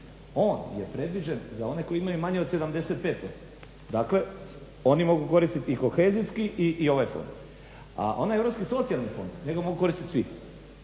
On je predviđen za one koji imaju manje od 75%. Dakle oni mogu koristiti Kohezijski i ovaj fond. A onaj europski socijalni fond njega mogu koristiti svi.